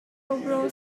overall